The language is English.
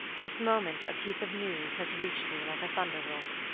this moment a piece of news has reached me like a thunderbolt.